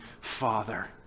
Father